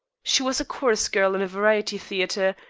she was a chorus-girl in a variety theatre,